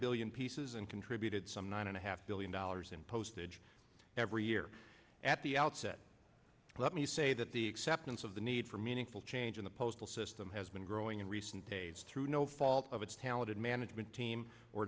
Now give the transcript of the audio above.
billion pieces and contributed some nine and a half billion dollars in postage every year at the outset let me say that the acceptance of the need for meaningful change in the postal system has been growing in recent days through no fault of its talented management team or